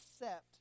accept